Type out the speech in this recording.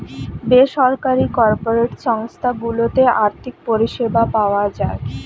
বেসরকারি কর্পোরেট সংস্থা গুলোতে আর্থিক পরিষেবা পাওয়া যায়